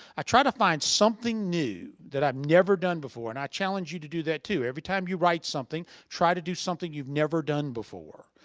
i try to find something new that i've never done before and i challenge you to do that too. every time you write something, try to do something you've never done before.